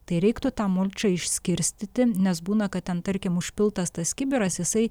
tai reiktų tą mulčą išskirstyti nes būna kad ten tarkim užpiltas tas kibiras jisai